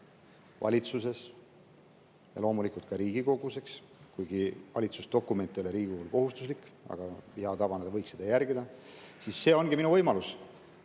valitsuses ja loomulikult ka Riigikogus, kuigi valitsuse dokument ei ole Riigikogule kohustuslik, aga hea tavana ta võiks seda järgida. See ongi minu võimalus.